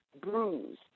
bruised